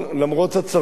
למרות הצרות,